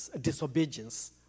disobedience